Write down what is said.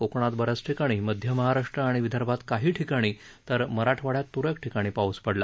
कोकणात ब याच ठिकाणी मध्य महाराष्ट्र आणि विदर्भात काही ठिकाणी तर मराठवाड्यात तुरळक ठिकाणी पाऊस पडला